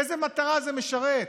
איזו מטרה זה משרת?